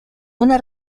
una